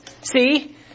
See